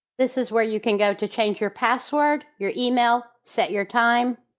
this is where you can go to change your password your email set your time.